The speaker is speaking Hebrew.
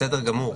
בסדר גמור.